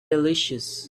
delicious